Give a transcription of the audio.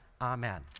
Amen